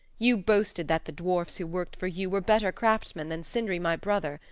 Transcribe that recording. you boasted that the dwarfs who worked for you were better craftsmen than sindri, my brother.